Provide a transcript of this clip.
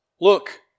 Look